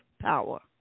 power